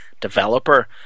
Developer